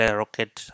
rocket